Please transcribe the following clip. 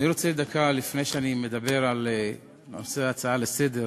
אני רוצה דקה, לפני שאני מדבר על ההצעה לסדר-היום,